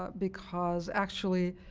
ah because actually,